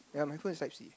ya my phone is type C